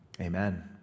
Amen